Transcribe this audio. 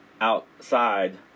outside